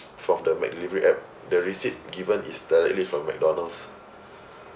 from the McDelivery app the receipt given is directly from McDonald's